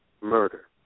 murder